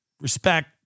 respect